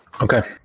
okay